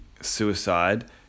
suicide